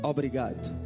Obrigado